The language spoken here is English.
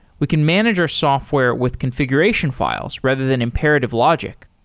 we can manage our software with configuration files, rather than imperative logic.